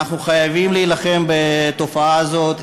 אנחנו חייבים להילחם בתופעה הזאת.